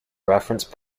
reference